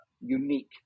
unique